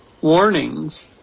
warnings